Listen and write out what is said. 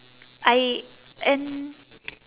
I and